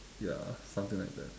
ya something like that